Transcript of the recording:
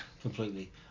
completely